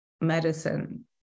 medicine